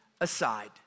aside